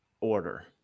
order